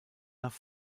nach